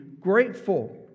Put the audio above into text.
grateful